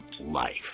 life